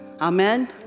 Amen